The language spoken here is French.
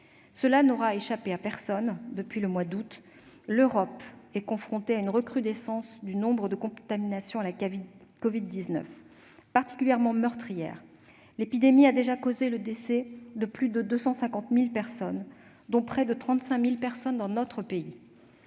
Il n'aura échappé à personne que, depuis le mois d'août, l'Europe est confrontée à une recrudescence du nombre des contaminations à la covid-19. Particulièrement meurtrière, l'épidémie a déjà causé le décès de plus de 250 000 personnes, dont près de 35 000 dans notre pays.